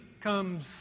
comes